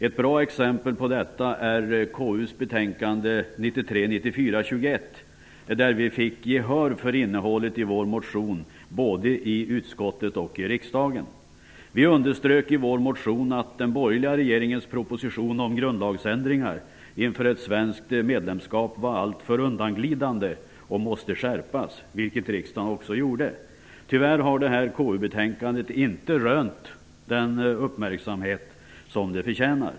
Ett bra exempel på detta är KU:s betänkande 1993/94:21, där vi fick gehör för innehållet i vår motion både i utskottet och i riksdagen. Vi underströk i vår motion att den borgerliga regeringens proposition om grundlagsändringar inför ett svenskt medlemskap var alltför undanglidande och måste skärpas, vilket riksdagen också gjorde. Tyvärr har detta KU-betänkande inte rönt den uppmärksamhet det förtjänar.